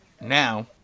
now